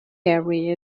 area